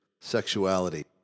sexuality